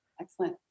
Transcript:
Excellent